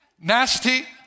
nasty